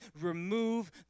remove